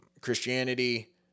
Christianity